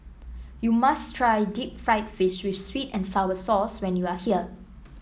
you must try Deep Fried Fish with sweet and sour sauce when you are here